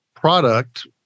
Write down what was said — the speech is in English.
product